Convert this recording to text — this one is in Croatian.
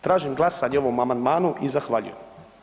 Tražim glasanje o ovom amandmanu i zahvaljujem.